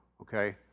okay